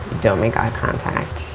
don't make eye contact,